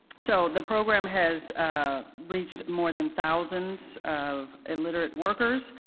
so, the program has ah reached more than thousands of illiterate workers.